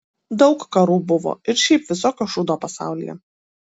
daug karų buvo ir šiaip visokio šūdo pasaulyje